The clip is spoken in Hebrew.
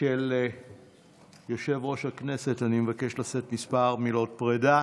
של מזכיר הכנסת אני מבקש לשאת כמה מילות פרדה